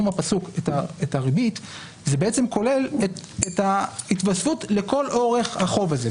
הפסוק לגבי הריבית כוללת גם את ההתוספות לכל אורך החוב הזה.